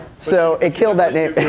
so it killed that name.